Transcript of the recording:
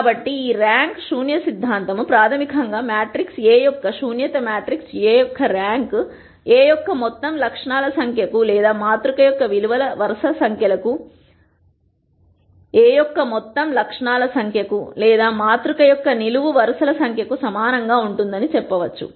కాబట్టి ఈ ర్యాంక్ శూన్య సిద్ధాంతం ప్రాథమికంగా మ్యాట్రిక్స్ A యొక్క శూన్యత మ్యాట్రిక్స్ A యొక్క ర్యాంక్ A యొక్క మొత్తం లక్షణాల సంఖ్య కు లేదా మాతృక యొక్క నిలువు వరుసల సంఖ్య కు సమానం గా ఉంటుందని చెబుతుంది